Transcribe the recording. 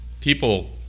people